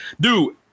dude